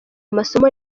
amasomo